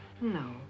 no